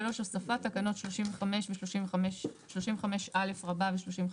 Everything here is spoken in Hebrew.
33. הוספת תקנות 35א ו-35ב.